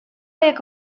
jak